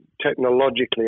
technologically